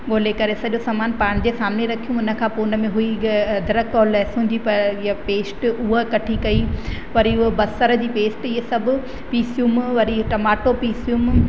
उन जे करे सॼो सामानु पंहिंजे सामने रखी उन खां पोइ उन में हुई अदरक लहसुन जी इहा पेस्ट उहा कठी कई पर इहो बसर जी पेस्ट इहे सभु पीसियूं वरी टमाटो पीसियो